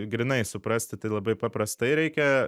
grynai suprasti tai labai paprastai reikia